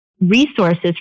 resources